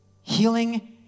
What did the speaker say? Healing